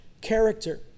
character